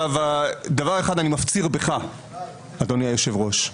דבר אחד אני מפציר בך אדוני היושב ראש.